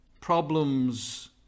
problems